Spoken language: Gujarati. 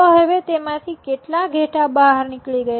તો હવે તેમાંથી કેટલા ઘેટાં બહાર નીકળી ગયા